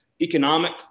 economic